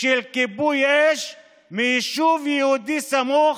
של כיבוי אש מיישוב יהודי, סמוך